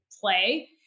play